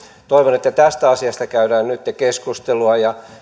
toivon että tästä asiasta käydään nytten keskustelua ja